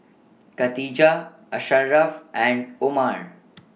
Katijah Asharaff and Omar